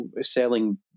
selling